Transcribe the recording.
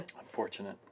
Unfortunate